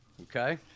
okay